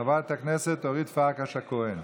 חברת הכנסת אורית פרקש הכהן.